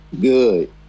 Good